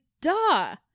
duh